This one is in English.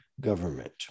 government